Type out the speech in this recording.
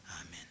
Amen